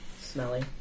Smelly